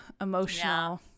emotional